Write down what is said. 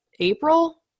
April